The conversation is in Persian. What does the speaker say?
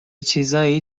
چیزایی